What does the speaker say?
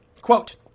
Quote